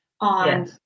on